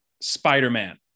spider-man